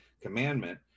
commandment